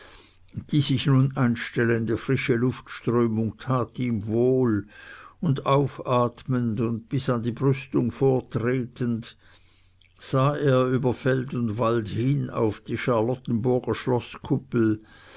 die sich nun einstellende frische luftströmung tat ihm wohl und aufatmend und bis an die brüstung vortretend sah er über feld und wald hin bis auf die charlottenburger